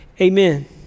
amen